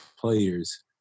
players